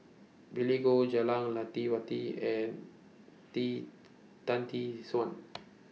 Billy Koh Jah Lelawati and Tee Tan Tee Suan